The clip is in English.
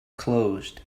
closed